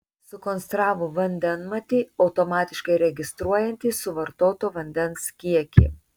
sukonstravo vandenmatį automatiškai registruojantį suvartoto vandens kiekį